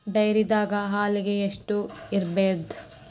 ಡೈರಿದಾಗ ಹಾಲಿಗೆ ಎಷ್ಟು ಇರ್ಬೋದ್?